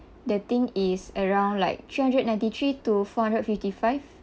the thing is around like three hundred ninety three to four hundred fifty five